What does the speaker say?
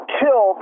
kill